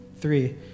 three